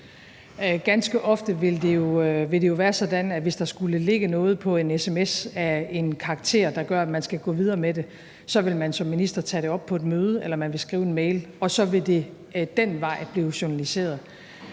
Ganske ofte vil det jo være sådan, at hvis der skulle ligge noget på en sms af en karakter, der gør, at man skal gå videre med det, så vil man som minister tage det op på et møde, eller man vil skrive en mail, og så vil det ad den vej blive journaliseret.